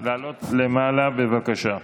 לעלות למעלה, בבקשה.